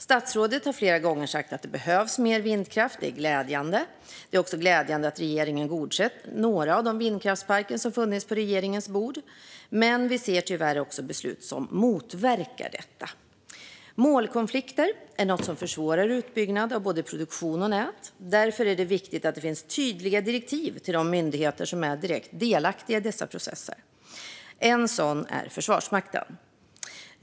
Statsrådet har flera gånger sagt att det behövs mer vindkraft, och det är glädjande. Det är också glädjande att regeringen har godkänt några av de vindkraftsparker som funnits på regeringens bord, men vi ser tyvärr också beslut som motverkar detta. Målkonflikter är något som försvårar utbyggnad av både produktion och nät. Därför är det viktigt att det finns tydliga direktiv till de myndigheter som är direkt delaktiga i dessa processer. En sådan är Försvarsmakten.